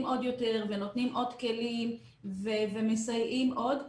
עוד יותר ונותנים עוד כלים ומסייעים עוד.